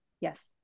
Yes